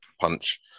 punch